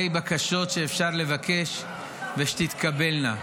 בקשות שאפשר לבקש ושתתקבלנה.